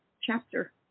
chapter